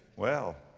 well,